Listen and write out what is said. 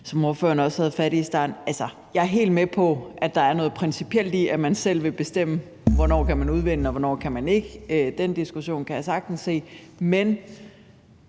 som ordføreren også havde fat i i starten. Altså, jeg er helt med på, at der er noget principielt i, at man selv vil bestemme, hvornår man kan udvinde det, og hvornår man ikke kan. Den diskussion kan jeg sagtens se.